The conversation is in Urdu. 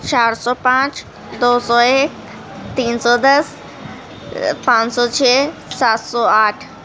چار سو پانچ دو سو ایک تین سو دس پانچ سو چھ سات سو آٹھ